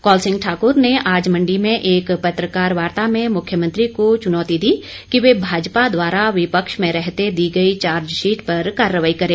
कौल सिंह ने आज मंडी में एक पत्रकार वार्ता में मुख्यमंत्री को चुनौती दी कि वह भाजपा द्वारा विपक्ष में रहते दी गई चार्जशीट पर कार्रवाई करे